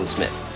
Smith